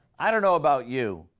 i don't know about you,